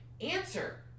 answer